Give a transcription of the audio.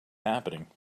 happening